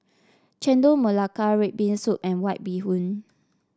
Chendol Melaka red bean soup and White Bee Hoon